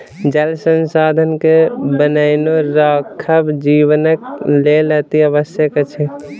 जल संसाधन के बनौने राखब जीवनक लेल अतिआवश्यक अछि